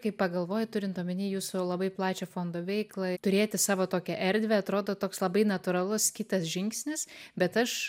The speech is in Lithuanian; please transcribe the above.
kai pagalvoji turint omeny jūsų labai plačią fondo veiklą turėti savo tokią erdvę atrodo toks labai natūralus kitas žingsnis bet aš